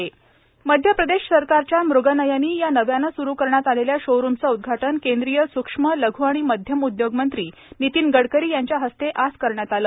मग़गनयनी मध्य प्रदेश सरकारच्या मुगनयनी या नव्याने सुरू करण्यात आलेल्या शोरूमचे उदघाटन केंद्रीय सूक्ष्म लघ् आणि मध्यम उद्योग मंत्री नितीन गडकरी यांच्या हस्ते आज करण्यात आले